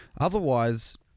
Otherwise